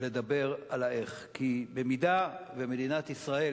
לדבר על ה"איך", כי אם מדינת ישראל